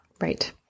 Right